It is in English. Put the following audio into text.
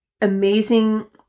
amazing